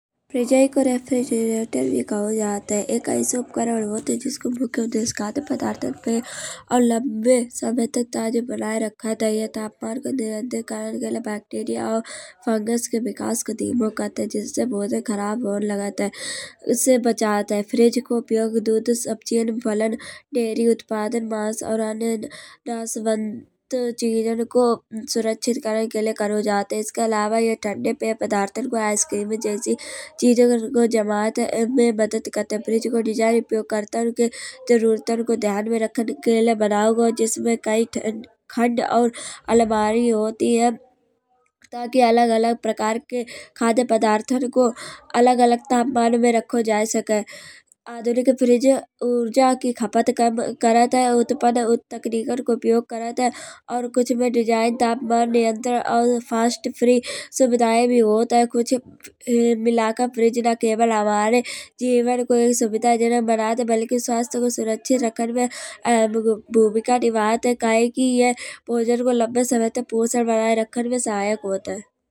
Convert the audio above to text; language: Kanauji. फ्रिज को रिफ्रिजरैटर भी कहो जात है। एक ऐसो उपकरण होत है। जिसको मुख्य उद्देश्य खाद्य पदार्थनपे और लंबे समय तक ताजे बनाए राखत है। यह तापमान को नियंत्रण करन के लाए बैक्टीरिया और फंगस के विकास को धीमो करत है। जिससे भोजन खराब होन लगत है। उससे बचत है। फ्रिज को उपयोग दूध सब्जियाँ फलन डेयरी उत्पादन मांस और अन्य रसबन्ध चिजान को सुरक्षित करन के लाए करो जात है। इसके अलावा यह ठंडे पय पदार्थन को आईस क्रीमन जैसी चिजान का जमात में मदद करत है। फ्रिज को डिज़ाइन उपयोग करतन के जरूरतन को ध्यान में राखन के लाए बनाओ गाओ। जिसमें कई खंड और अलमारी होती है। ताकि अलग अलग प्रकार के खाद्य पदार्थन को अलग अलग तापमान में रखो जाए साके। आधुनिक फ्रिज ऊर्ज़ा की खपत को कम करत है। उत्पन्न उक्त तकरीकान को उपयोग करत है। और कुच्छ में डिज़ाइन तापमान नियंत्रण और फास्ट फ्रीज़ सुविधाएं भी होत है। कुच्छ मिलाका फ्रिज ना केवल हमारे जीवन को एक सुविधाजनक बनात है। बल्कि स्वास्थ्य को सुरक्षित राखन में अहाम भूमिका निभत है। कहे कि यह भोजन को लंबे समय तक पोषण बनाए राखन में सहायक होत है।